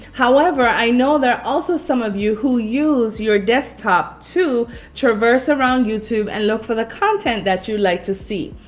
however i know there are also some of you who use your desktop to traverse around youtube and look for the content that you like to see.